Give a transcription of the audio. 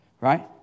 Right